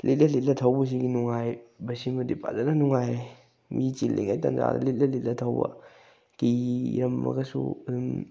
ꯂꯤꯠꯂ ꯂꯤꯠꯂ ꯊꯧꯕꯁꯤꯒꯤ ꯅꯨꯡꯉꯥꯏꯕꯁꯤꯃꯗꯤ ꯐꯖꯅ ꯅꯨꯡꯉꯥꯏꯔꯦ ꯃꯤ ꯆꯤꯜꯂꯤꯉꯩꯒꯤ ꯇꯥꯟꯖꯥꯗ ꯂꯤꯠꯂ ꯂꯤꯠꯂ ꯊꯧꯕ ꯀꯤꯔꯝꯃꯒꯁꯨ ꯑꯗꯨꯝ